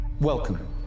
Welcome